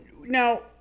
now